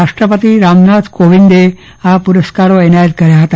રાષ્ટ્રપતિ રામનાથ કોવિંદ આ પ્રસ્કારો એનાયત કરાયા હતા